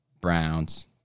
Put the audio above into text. Browns